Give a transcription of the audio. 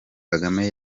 kagame